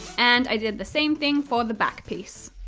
and i did the same thing for the back piece.